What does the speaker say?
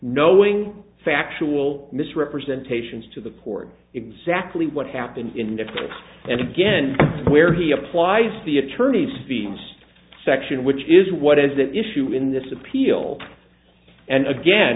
knowing factual misrepresentations to the court exactly what happened in the court and again where he applies the attorney's fees section which is what is the issue in this appeal and again